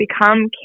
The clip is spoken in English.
become